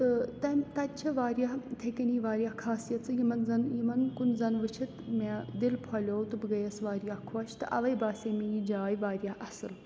تہٕ تَمہِ تَتہِ چھِ واریاہ یِتھَے کٔنی واریاہ خاصیَژٕ یِمَن زَن یِمَن کُن زَن وٕچھِتھ مےٚ دِل پھۄلیو تہٕ بہٕ گٔیَس واریاہ خوش تہٕ اَوَے باسے مےٚ یہِ جاے واریاہ اَصٕل